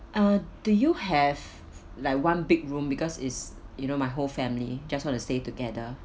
uh do you have like one big room because it's you know my whole family just want to stay together